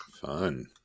Fun